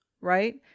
right